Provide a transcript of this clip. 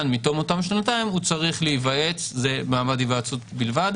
מתום אותן שנתיים הוא צריך להיוועץ זה מעמד היוועצות בלבד